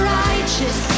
righteous